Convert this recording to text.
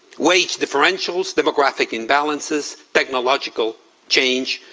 wage differential, demographic imbalances, technological change,